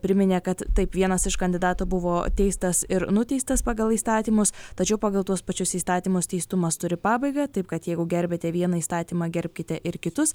priminė kad taip vienas iš kandidatų buvo teistas ir nuteistas pagal įstatymus tačiau pagal tuos pačius įstatymus teistumas turi pabaigą taip kad jeigu gerbiate vieną įstatymą gerbkite ir kitus